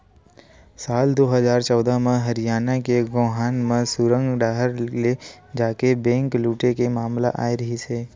साल दू हजार चौदह म हरियाना के गोहाना म सुरंग डाहर ले जाके बेंक लूटे के मामला आए रिहिस हे